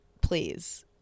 please